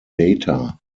data